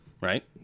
right